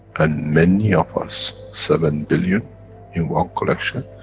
and many of us, seven billion in one collection.